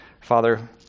Father